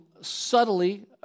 subtly